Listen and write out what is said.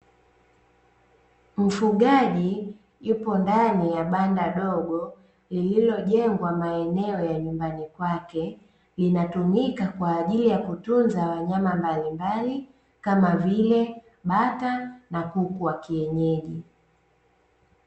Mfugaji yupo ndani ya banda dogo lililojengwa maeneo ya nyumbani kwake, linatumika kwa ajili ya kutunza wanyama mbalimbali, kama vile:bata na kuku wa kienyeji.